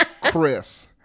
Chris